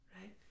right